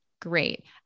Great